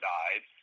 died